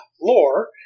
lore